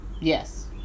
Yes